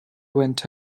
went